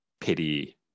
pity